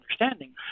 understanding